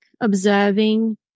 observing